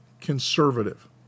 conservative